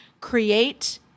create